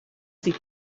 sie